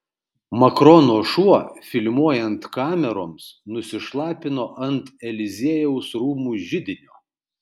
makrono šuo filmuojant kameroms nusišlapino ant eliziejaus rūmų židinio